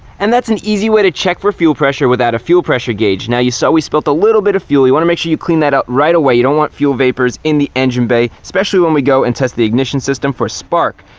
and that's an easy way to check for fuel pressure without a fuel pressure gauge. now you saw we spilled a little bit of fuel, you want to make sure you clean that up right away. you don't want fuel vapors in the engine bay, especially when we go and test the ignition system for spark.